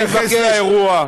אני אתייחס לאירוע.